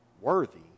worthy